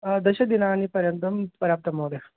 दशदिनानि पर्यन्तं प्राप्तं महोदय